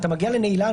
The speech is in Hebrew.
אתה מגיע לנעילה,